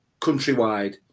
countrywide